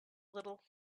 little